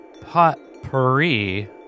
potpourri